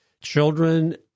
Children